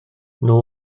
nhw